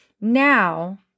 Now